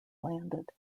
landed